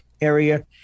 area